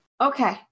Okay